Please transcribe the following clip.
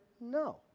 no